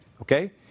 Okay